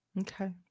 Okay